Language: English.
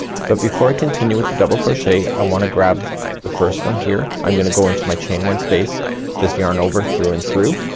but before i continue with the double crochet i wanna grab the first one here. i'm gonna go into my chain one space just yarn over through and through